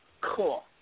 Cool